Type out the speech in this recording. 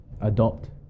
adopt